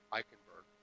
Eichenberg